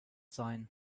sein